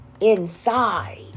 Inside